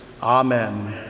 Amen